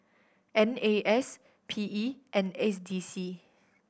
N A S P E and S D C